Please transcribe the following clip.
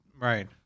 Right